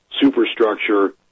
superstructure